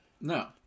No